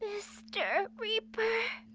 mr. reaper. ah.